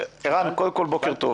ערן, קודם כול, בוקר טוב.